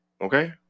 Okay